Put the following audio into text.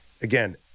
again